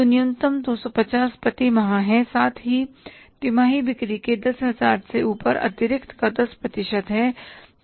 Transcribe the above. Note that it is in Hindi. तो न्यूनतम 250 प्रति माह है साथ ही तिमाही बिक्री के 10000 से ऊपर अतिरिक्त का 10 है